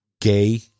Gay